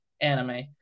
anime